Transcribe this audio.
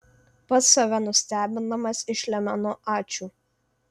pats save nustebindamas išlemenu ačiū